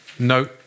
No